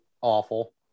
awful